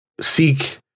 seek